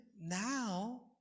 now